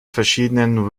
verschieden